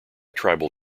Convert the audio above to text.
tribal